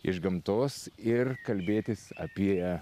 iš gamtos ir kalbėtis apie